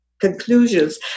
conclusions